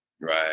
Right